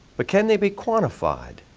but can they be quantified?